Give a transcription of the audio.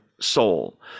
soul